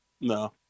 No